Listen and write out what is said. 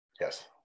Yes